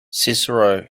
cicero